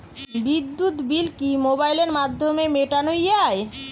বিদ্যুৎ বিল কি মোবাইলের মাধ্যমে মেটানো য়ায়?